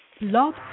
Love